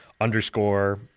underscore